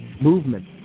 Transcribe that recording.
movement